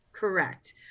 Correct